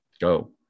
Go